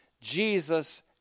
Jesus